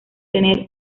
tener